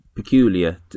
Peculiar